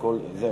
סעיפים 4 5